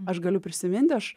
aš galiu prisiminti aš